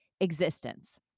existence